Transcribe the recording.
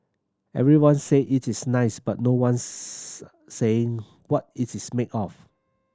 everyone say it is nice but no one's saying what it is made of